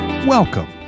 Welcome